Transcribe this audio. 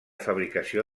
fabricació